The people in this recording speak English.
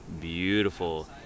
beautiful